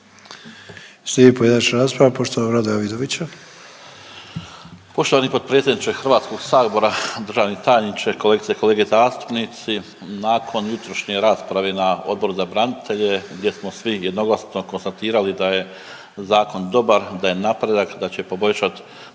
Slijedi pojedinačna rasprava poštovanog Radoja Vidovića. **Vidović, Radoje (HDZ)** Poštovani potpredsjedniče Hrvatskoga sabora, državni tajniče, kolegice i kolege zastupnici. Nakon jutrošnje rasprave na Odboru za branitelje gdje smo svi jednoglasno konstatirali da je zakon dobar, da je napredak i da će poboljšati